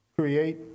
create